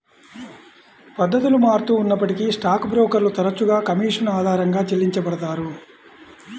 పద్ధతులు మారుతూ ఉన్నప్పటికీ స్టాక్ బ్రోకర్లు తరచుగా కమీషన్ ఆధారంగా చెల్లించబడతారు